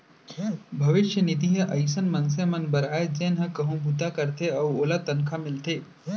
भविस्य निधि ह अइसन मनसे बर आय जेन ह कहूँ बूता करथे अउ ओला तनखा मिलथे